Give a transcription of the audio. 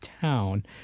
town